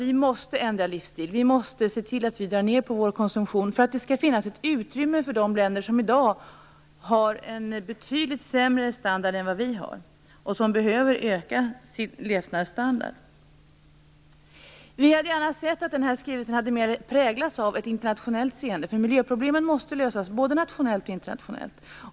Vi måste alltså ändra livsstil och se till att vi drar ned på konsumtionen för att ge ett utrymme åt de länder som i dag har en betydligt sämre standard än vi och som behöver höja sin levnadsstandard. Vi hade gärna sett att skrivelsen mera präglades av ett internationellt seende, för miljöproblemen måste lösas både nationellt och internationellt.